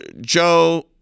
Joe